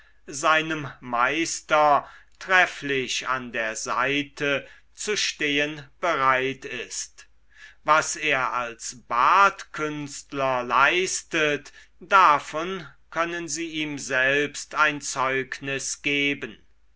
seinem meister trefflich an der seite zu stehen bereit ist was er als bartkünstler leistet davon können sie ihm selbst ein zeugnis geben